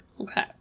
Okay